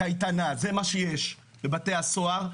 זה מה שיש בבתי הסוהר.